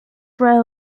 rail